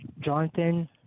Jonathan